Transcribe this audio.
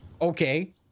Okay